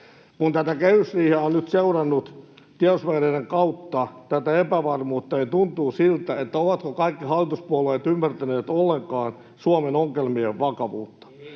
Kun tätä kehysriihtä on nyt seurannut tiedotusvälineiden kautta, tätä epävarmuutta, niin tuntuu siltä, että ovatko kaikki hallituspuolueet ymmärtäneet ollenkaan Suomen ongelmien vakavuutta.